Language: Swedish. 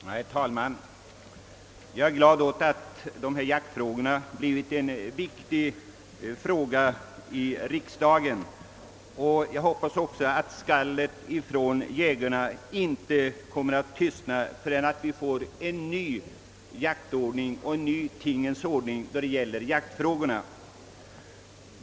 Herr talman! Jag är glad för att jaktspörsmålen har blivit ett så viktigt ärende här i riksdagen, och jag hoppas att skallet från jägarna inte kommer att tystna förrän vi får en ny jaktorganisation och en ny tingens ordning på jaktens område.